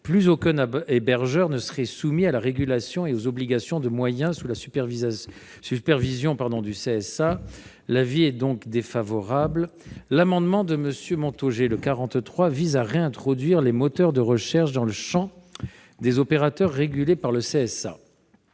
plus aucun hébergeur ne serait soumis à la régulation et aux obligations de moyens sous la supervision du CSA. Nous y sommes donc défavorables. L'amendement n° 43 de M. Montaugé vise à réintroduire les moteurs de recherche dans le champ des opérateurs supervisés par le CSA.